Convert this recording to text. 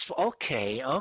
okay